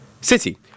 city